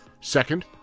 Second